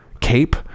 cape